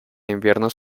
inviernos